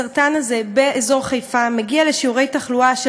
הסרטן הזה באזור חיפה מגיע לשיעורי תחלואה של